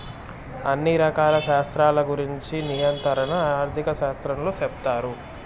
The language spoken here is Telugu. అన్ని రకాల శాస్త్రాల గురుంచి నియంత్రణ ఆర్థిక శాస్త్రంలో సెప్తారు